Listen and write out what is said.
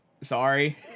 Sorry